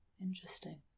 Interesting